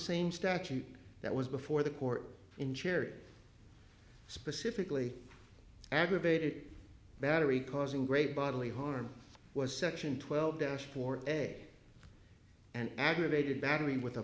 same statute that was before the court in cherry specifically aggravated battery causing great bodily harm was section twelve dash for a and aggravated battery with a